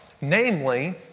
Namely